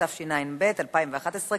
התשע"ב 2011,